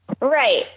Right